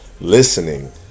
listening